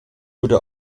wurde